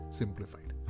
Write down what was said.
simplified